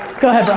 go ahead